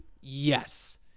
Yes